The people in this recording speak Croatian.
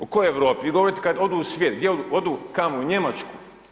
U kojoj Europi, vi govorite kad odu u svijet, gdje odu, kamo, u Njemačku.